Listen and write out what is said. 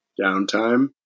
downtime